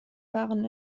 waren